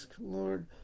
Lord